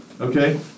Okay